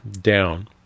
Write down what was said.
down